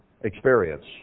experience